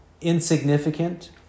insignificant